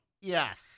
Yes